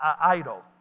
idol